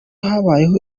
habayeho